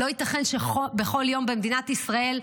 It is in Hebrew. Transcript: לא ייתכן שבכל יום במדינת ישראל,